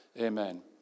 Amen